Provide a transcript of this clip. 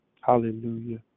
Hallelujah